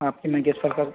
आपकी मैं किस प्रकार